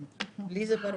לי זה ברור.